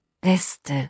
beste